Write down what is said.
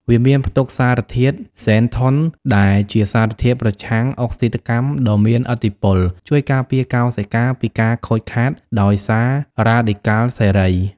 វាមានផ្ទុកសារធាតុ ហ្សេនថុន ដែលជាសារធាតុប្រឆាំងអុកស៊ីតកម្មដ៏មានឥទ្ធិពលជួយការពារកោសិកាពីការខូចខាតដោយសាររ៉ាឌីកាល់សេរី។